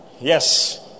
Yes